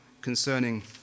concerning